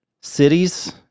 cities